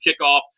kickoff